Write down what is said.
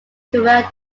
throughout